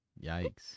Yikes